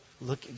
Look